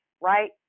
right